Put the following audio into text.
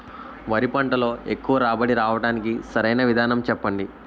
వరి పంటలో ఎక్కువ రాబడి రావటానికి సరైన విధానం చెప్పండి?